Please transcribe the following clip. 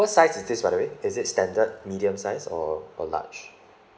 what size is this by the way is it standard medium size or uh large